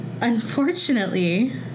Unfortunately